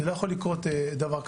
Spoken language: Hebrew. לא יכול לקרות דבר כזה.